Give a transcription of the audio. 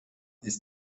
ist